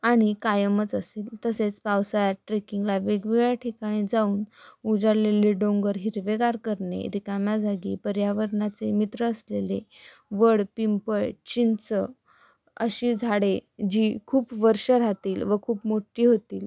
आणि कायमच असेल तसेच पावसाळ्यात ट्रेकिंगला वेगवेगळ्या ठिकाणी जाऊन उजाडलेले डोंगर हिरवेगार करणे रिकामा जागी पर्यावरणाचे मित्र असलेले वड पिंपळ चिंच अशी झाडे जी खूप वर्ष राहतील व खूप मोठी होतील